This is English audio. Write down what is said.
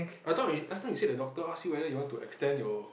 I thought we I thought you said the doctor ask you whether you want to extend your